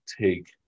take